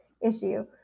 issue